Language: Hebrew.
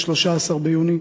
13 ביוני,